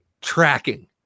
tracking